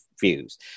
views